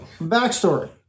Backstory